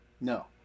No